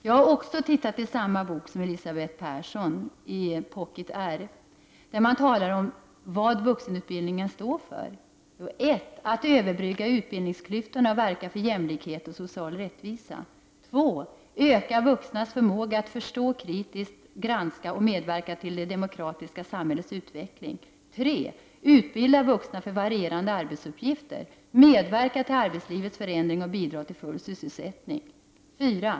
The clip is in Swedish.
Jag har tittat i samma bok som Elisabeth Persson, Pocket R. Där talar man om vad vuxenutbildningen står för: 1. Att överbrygga utbildningsklyftorna och verka för jämlikhet och social rättvisa. 2. Att öka vuxnas förmåga att förstå, kritiskt granska och medverka till det demokratiska samhällets utveckling. 3. Att utbilda vuxna för varierande arbetsuppgifter, medverka till arbetslivets förändring och bidra till full sysselsättning. 4.